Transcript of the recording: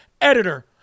editor